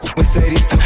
Mercedes